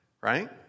right